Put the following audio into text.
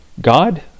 God